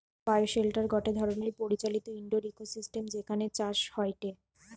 bioshelter গটে ধরণের পরিচালিত ইন্ডোর ইকোসিস্টেম যেখানে চাষ হয়টে